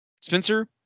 Spencer